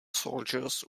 soldiers